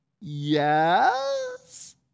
Yes